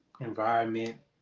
environment